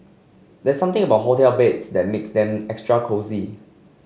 there's something about hotel beds that makes them extra cosy